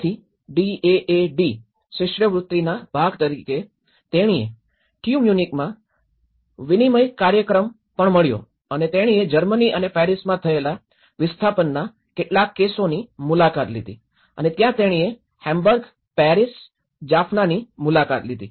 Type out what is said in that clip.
તેથી ડીએએડી શિષ્યવૃત્તિના ભાગ રૂપે તેણીને ટ્યુ મ્યુનિકમાં વિનિમય કાર્યક્રમ પણ મળ્યો અને તેણીએ જર્મની અને પેરિસમાં થયેલા વિસ્થાપનના કેટલાક કેસોની મુલાકાત લીધી અને ત્યાં તેણીએ હેમ્બર્ગ પેરિસ જાફ્નાની મુલાકાત લીધી